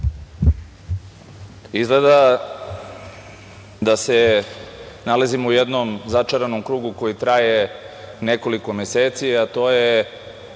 Izgleda da se nalazimo u jednom začaranom krugu koji traje nekoliko meseci, a to je